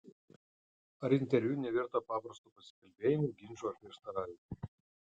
ar interviu nevirto paprastu pasikalbėjimu ginču ar prieštaravimu